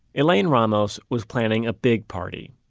elaine ramos was planning a big party.